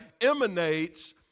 emanates